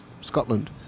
Scotland